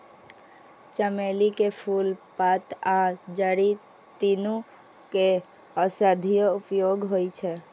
चमेली के फूल, पात आ जड़ि, तीनू के औषधीय उपयोग होइ छै